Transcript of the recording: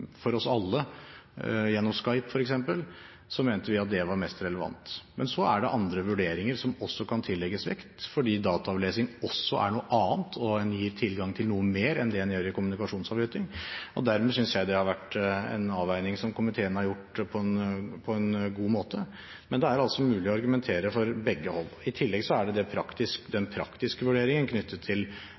for oss alle gjennom f.eks. Skype, mente vi at det var mest relevant. Men så er det andre vurderinger som også kan tillegges vekt, fordi dataavlesing også er noe annet og gir tilgang til noe mer enn det en får gjennom kommunikasjonsavlytting. Dermed synes jeg det har vært en avveining som komiteen har gjort på en god måte. Men det er altså mulig å argumentere fra begge hold. I tillegg er det den praktiske vurderingen knyttet til